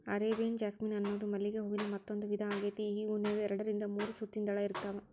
Arabian jasmine ಅನ್ನೋದು ಮಲ್ಲಿಗೆ ಹೂವಿನ ಮತ್ತಂದೂ ವಿಧಾ ಆಗೇತಿ, ಈ ಹೂನ್ಯಾಗ ಎರಡರಿಂದ ಮೂರು ಸುತ್ತಿನ ದಳ ಇರ್ತಾವ